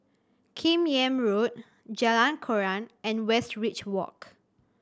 Kim Yam Road Jalan Koran and Westridge Walk